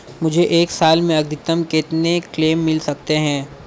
मुझे एक साल में अधिकतम कितने क्लेम मिल सकते हैं?